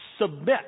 submit